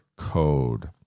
code